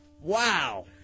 Wow